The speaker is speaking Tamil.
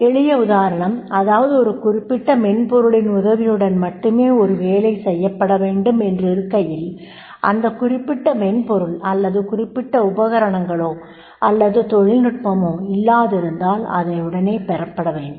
எளிய உதாரணம் அதாவது ஒரு குறிப்பிட்ட மென்பொருளின் உதவியுடன் மட்டுமே ஒரு வேலை செய்யப்பட வேண்டும் என்றிருக்கையில் அந்த குறிப்பிட்ட மென்பொருள் அல்லது குறிப்பிட்ட உபகரணங்களோ அல்லது தொழில்நுட்பமோ இல்லாதிருந்தால் அதை உடனே பெறப்பட வேண்டும்